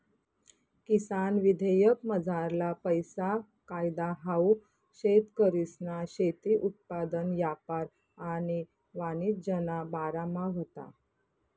किसान विधेयकमझारला पैला कायदा हाऊ शेतकरीसना शेती उत्पादन यापार आणि वाणिज्यना बारामा व्हता